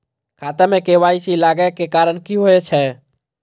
खाता मे के.वाई.सी लागै के कारण की होय छै?